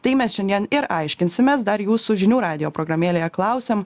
tai mes šiandien ir aiškinsimės dar jūsų žinių radijo programėlėje klausėm